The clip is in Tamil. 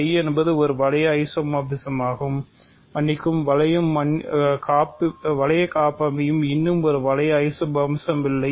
Φ என்பது ஒரு வளைய ஐசோமார்பிசம் மன்னிக்கவும் வளையம் காப்பமைவியம் இன்னும் ஒரு வளைய ஐசோமார்பிசம் இல்லை